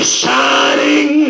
shining